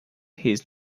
his